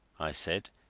i said.